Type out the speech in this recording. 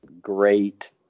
Great